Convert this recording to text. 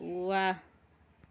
ৱাহ